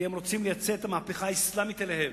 כי הם רוצים לייצא את המהפכה האסלאמית אליהם.